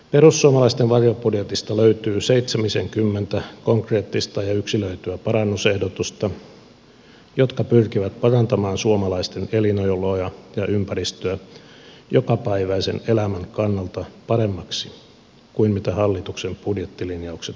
perussuomalaisten varjobudjetista löytyy seitsemisenkymmentä konkreettista ja yksilöityä parannusehdotusta jotka pyrkivät parantamaan suomalaisten elinoloja ja ympäristöä jokapäiväisen elämän kannalta paremmiksi kuin mitä hallituksen budjettilinjaukset tekevät